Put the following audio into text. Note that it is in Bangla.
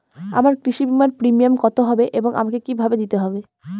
আমার কৃষি বিমার প্রিমিয়াম কত হবে এবং আমাকে কি ভাবে দিতে হবে?